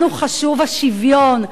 לנו חשוב השוויון,